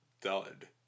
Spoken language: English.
dud